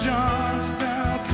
Johnstown